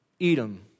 Edom